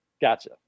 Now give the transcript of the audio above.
Gotcha